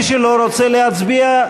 מי שלא רוצה להצביע,